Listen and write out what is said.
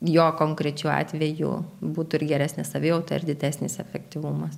jo konkrečiu atveju būtų ir geresnė savijauta ir didesnis efektyvumas